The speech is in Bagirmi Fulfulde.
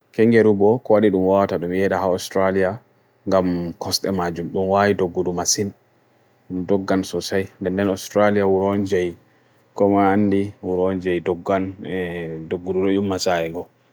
Kangaroo ɓe nafoore, waɗi ndiyanji lestar-golti e saareje ndiyam ha Australia. Eyi, lestarji lestar-golti heɓi sooya e nder hokka baydi e suufere ngal. Kangaroo ɓe waɗi ɓurndi nefoore.